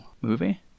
movie